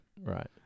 right